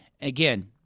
again